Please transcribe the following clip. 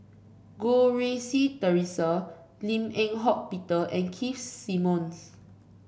Goh Rui Si Theresa Lim Eng Hock Peter and Keith Simmons